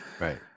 right